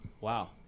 wow